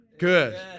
Good